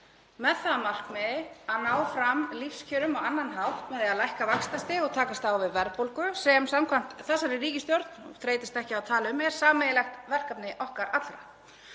það að markmiði að ná fram lífskjörum á annan hátt með því að lækka vaxtastig og takast á við verðbólgu sem þessi ríkisstjórn þreytist ekki á að tala um að sé sameiginlegt verkefni okkar allra.